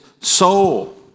soul